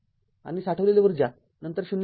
आणि साठवलेली उर्जा नंतर ० ते 0